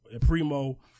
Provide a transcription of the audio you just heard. Primo